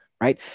right